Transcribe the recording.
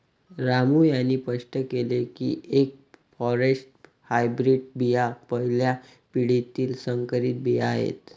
रामू यांनी स्पष्ट केले की एफ फॉरेस्ट हायब्रीड बिया पहिल्या पिढीतील संकरित बिया आहेत